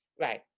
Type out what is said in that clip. Right